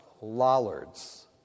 Lollards